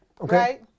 Okay